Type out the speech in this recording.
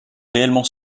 réellement